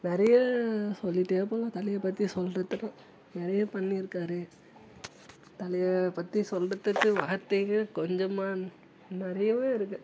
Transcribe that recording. நிறையா சொல்லிகிட்டே போகலாம் தலையை பற்றி சொல்லுறதுக்குலாம் நிறைய பண்ணிருக்கார் தலையை பற்றி சொல்லுறதுக்கு வார்த்தைகள் கொஞ்சமாக நிறையவே இருக்கு